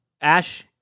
Ash